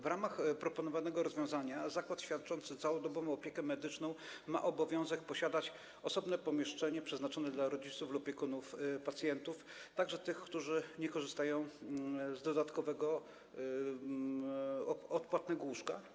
W ramach proponowanego rozwiązania zakład świadczący całodobową opiekę medyczną ma obowiązek mieć osobne pomieszczenie przeznaczone dla rodziców lub opiekunów pacjentów, także tych, którzy nie korzystają z dodatkowego, odpłatnego łóżka?